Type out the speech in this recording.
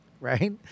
right